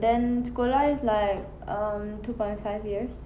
then sekolah is like um two point five years